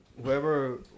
Whoever